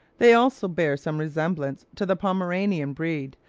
they also bear some resemblance to the pomeranian breed,